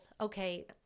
Okay